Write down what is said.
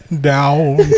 Down